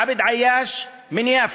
עבד עיאש מן יאפא,